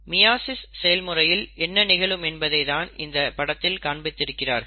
meiosis செயல்முறையில் என்ன நிகழும் என்பதை தான் இந்த படத்தில் காண்பித்திருக்கிறார்கள்